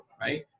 right